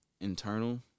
internal